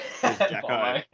Jacko